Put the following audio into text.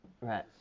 Right